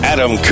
Adam